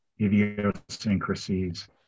idiosyncrasies